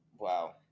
Wow